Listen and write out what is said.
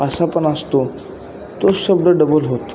असा पण असतो तो शब्द डबल होतो